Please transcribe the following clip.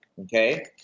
okay